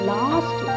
Last